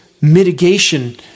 mitigation